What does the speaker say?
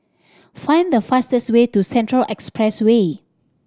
find the fastest way to Central Expressway